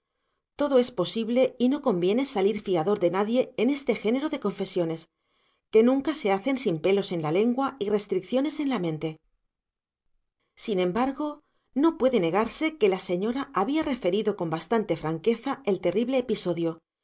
todo es posible y no conviene salir fiador de nadie en este género de confesiones que nunca se hacen sin pelos en la lengua y restricciones en la mente sin embargo no puede negarse que la señora había referido con bastante franqueza el terrible episodio